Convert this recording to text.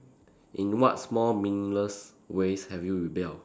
in what small meaningless ways have you rebelled